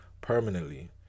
permanently